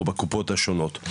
או בקופות השונות.